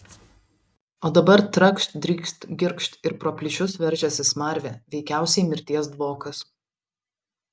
o dabar trakšt drykst girgžt ir pro plyšius veržiasi smarvė veikiausiai mirties dvokas